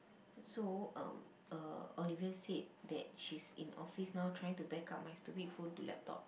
so um uh Olivia said that she's in office now trying to back up my stupid phone to laptop